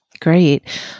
Great